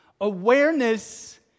Awareness